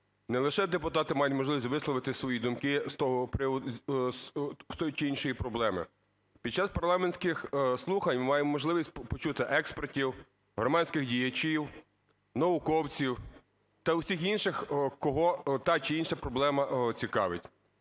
не лише депутати мають можливість висловити свої думки з того приводу, з тої чи іншої проблеми. Під час парламентських слухань ми маємо можливість почути експертів, громадських діячів, науковців та всіх інших, кого та чи інша проблема цікавить.